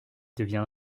devient